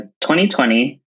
2020